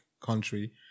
country